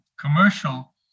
commercial